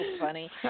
funny